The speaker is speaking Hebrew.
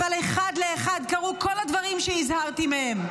אבל אחד לאחד קרו כל הדברים שהזהרתי מהם.